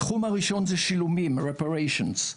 התחום הראשון זה שילומים בין